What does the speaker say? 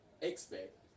expect